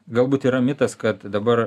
galbūt yra mitas kad dabar